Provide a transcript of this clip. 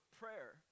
prayer